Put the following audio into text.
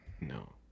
No